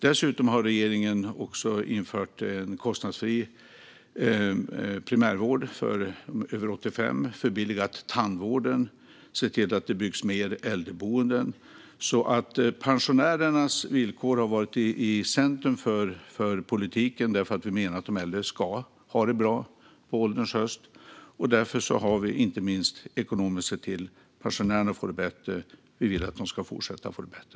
Dessutom har regeringen också infört kostnadsfri primärvård för äldre över 85, förbilligat tandvården och sett till att det byggs fler äldreboenden. Pensionärernas villkor har stått i centrum för vår politik eftersom vi menar att man ska ha det bra på ålderns höst. Därför har vi sett till att pensionärerna får det ekonomiskt bättre, och vi vill att de ska fortsätta att få det bättre.